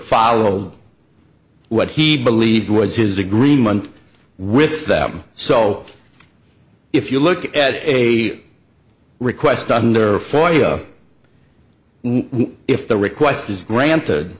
follow what he believed was his agreement with them so if you look at eighty request under forty if the request is granted